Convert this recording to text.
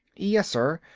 yes sir.